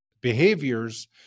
behaviors